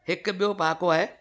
हिकु ॿियो पहाको आहे